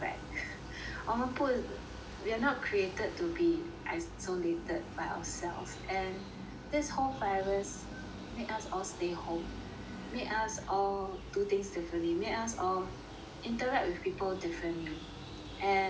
我们不 we're not created to be isolated by ourselves and this whole virus make us all stay home make us all do things differently made us all interact with people differently and